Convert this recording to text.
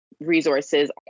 resources